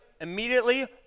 immediately